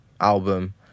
album